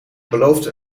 beloofde